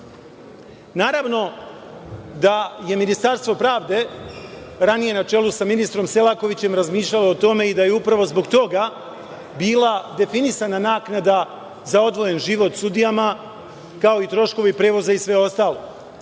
sistemu? Naravno da je Ministarstvo pravde, ranije na čelu sa ministrom Selakovićem, razmišljalo o tome i da je upravo zbog toga bila definisana naknada za odvojen život sudijama, kao i troškovi prevoza i sve ostalo. Ustavni